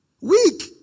Weak